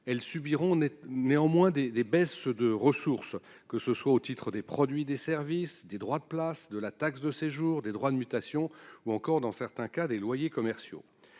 elles subiront des baisses de ressources, que ce soit au titre des produits des services, des droits de place, de la taxe de séjour, de droits de mutation ou encore, dans certains cas, des loyers commerciaux.